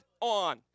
on